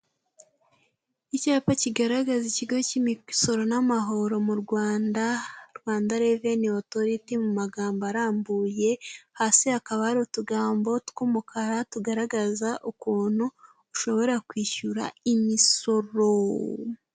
Icyapa kigaragaza ikigo cy'imisoro n'amahoro mu Rwanda, Rwanda reveni otoriti mu magambo arambuye, hasi hakaba ari utugambo tw'umukara tugaragaza ukuntu ushobora kwishyura imisoro.